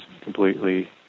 completely